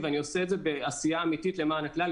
אני עושה את זה בעשייה אמיתית למען הכלל,